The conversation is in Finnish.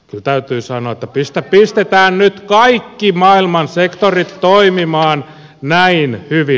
täytyy sanoa että pistetään nyt kaikki maailman sektorit toimimaan näin hyvin